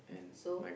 so